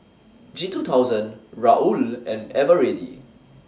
G two thousand Raoul and Eveready